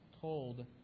told